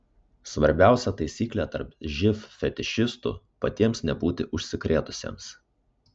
svarbiausia taisyklė tarp živ fetišistų patiems nebūti užsikrėtusiems